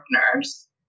partners